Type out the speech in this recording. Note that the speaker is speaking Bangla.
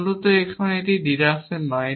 মূলত এখন এটি ডিডাকশন নয়